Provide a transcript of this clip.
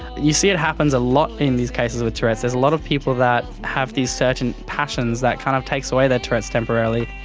you see it happens a lot in these cases with tourette's, there's a lot of people that have these certain passions that kind of takes away their tourette's temporarily.